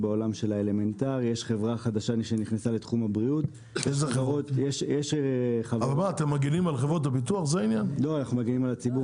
יש חברה חדשה שנכנסה לתחום הבריאות --- אתם מגנים על חברות הביטוח?